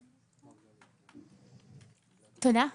תודה.